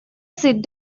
sit